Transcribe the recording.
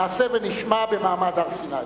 נעשה ונשמע, במעמד הר סיני.